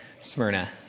Smyrna